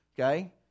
okay